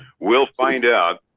we'll find out.